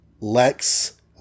Lex